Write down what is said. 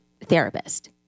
therapist